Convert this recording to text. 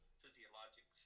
physiologic